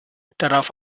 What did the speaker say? darauf